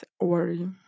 worry